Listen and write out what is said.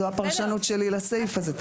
זו הפרשנות שלי לסעיף הזה.